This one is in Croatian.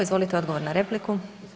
Izvolite odgovor na repliku.